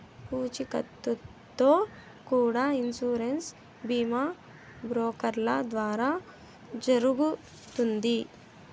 పూచీకత్తుతో కూడా ఇన్సూరెన్స్ బీమా బ్రోకర్ల ద్వారా జరుగుతుంది